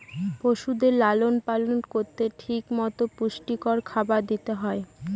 পশুদের লালন পালন করলে ঠিক মতো পুষ্টিকর খাবার দিতে হয়